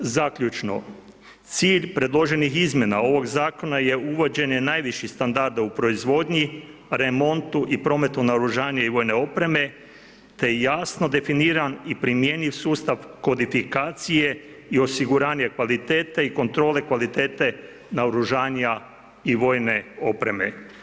Zaključno, cilj predloženih izmjena ovog zakona je uvođenje najviših standarda u proizvodnji, remontu i prometu naoružanja i vojne opreme te i jasno definiran i primjenjiv sustav kodifikacije i osiguranja kvalitete i kontrole kvalitete naoružanja i vojne opreme.